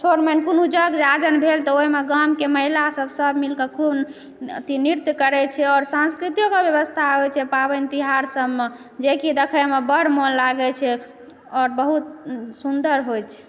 छोट जग जाजन भेल तऽ ओकरामे गामकऽ महिलासभ मिलकऽ सभ खूब अथी नृत्य करैत छै आओर संस्कृतिओके व्यवस्था होयत छै पाबनि तिहार सभमऽ जेकि देखयमऽ बड्ड मन लागैत छै आओर बहुत सुन्दर होयत छै